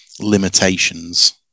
limitations